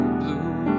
blue